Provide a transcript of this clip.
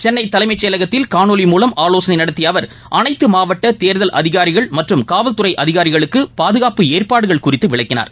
சென்ளை தலைமைச் செயலகத்தில் காணோலி மூலம் ஆவோசனை நடத்திய அவர் அனைத்து மாவட்ட தேர்தல் அதிகாரிகள் மற்றும் காவல்துறை அதிகாரிகளுக்கு பாதுகாப்பு ஏற்பாடுகள் குறித்து விளக்கினார்